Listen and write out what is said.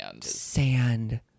Sand